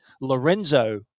Lorenzo